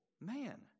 man